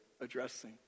addressing